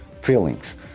feelings